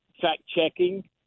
fact-checking